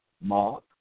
Mark